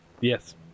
Yes